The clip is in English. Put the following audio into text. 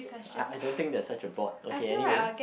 I I don't think there's such a board okay anyway